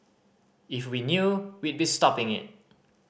if we knew we'd stopping it